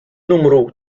numru